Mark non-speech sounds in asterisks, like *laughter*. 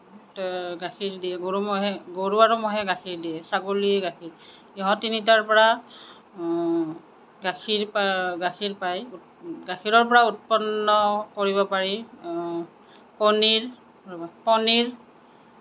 *unintelligible* গাখীৰ দিয়ে গৰু ম'হে গৰু আৰু ম'হে গাখীৰ দিয়ে ছাগলীয়ে গাখীৰ সিহঁত তিনিটাৰ পৰা গাখীৰ পা গাখীৰ পায় গাখীৰৰ পৰা উৎপন্ন কৰিব পাৰি পনীৰ ৰ'বা পনীৰ